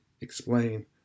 explain